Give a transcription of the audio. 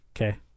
Okay